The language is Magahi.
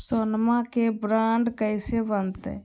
सोनमा के बॉन्ड कैसे बनते?